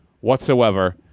whatsoever